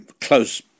close